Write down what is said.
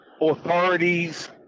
authorities